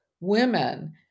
women